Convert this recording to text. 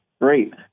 great